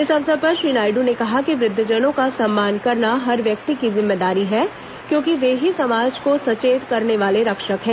इस अवसर पर श्री नायडू ने कहा कि वृद्वजनों का सम्मान करना हर व्यक्ति की जिम्मेदारी है क्योंकि वे ही समाज को सचेत करने वाले रक्षक हैं